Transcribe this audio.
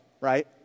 right